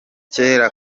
cyera